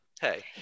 Hey